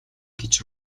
гэж